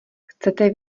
chcete